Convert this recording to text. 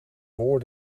voor